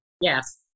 Yes